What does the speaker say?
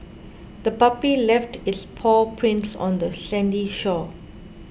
the puppy left its paw prints on the sandy shore